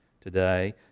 today